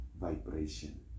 vibration